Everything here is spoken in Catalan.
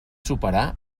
superar